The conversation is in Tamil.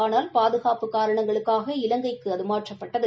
ஆனால் பாதுகாப்பு காரணங்களுக்காக இலங்கைக்கு மாற்றப்பட்டது